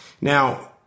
Now